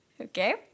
Okay